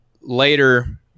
Later